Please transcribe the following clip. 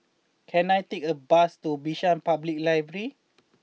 can I take a bus to Bishan Public Library